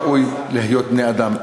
ראוי להיות בני-אדם,